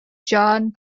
john